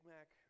Mac